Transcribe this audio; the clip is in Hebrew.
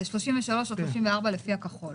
בנוסח הכחול